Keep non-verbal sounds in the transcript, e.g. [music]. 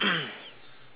[coughs]